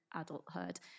adulthood